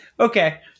Okay